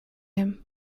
him